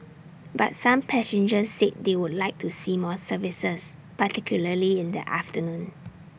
but some passengers said they would like to see more services particularly in the afternoon